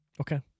Okay